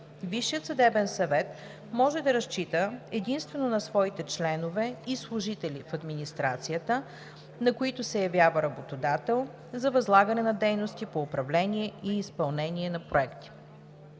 Висшият съдебен съвет може да разчита единствено на своите членове и служители в администрацията, на които се явява работодател, за възлагане на дейности по управление и изпълнение на проекти.